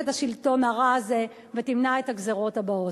את השלטון הרע הזה ותמנע את הגזירות הבאות.